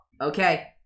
Okay